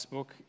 book